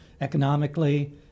economically